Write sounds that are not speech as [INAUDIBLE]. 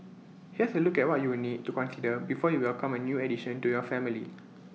here's A look at what you will need to consider before you welcome A new addition to your family [NOISE]